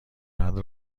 فرد